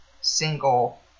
single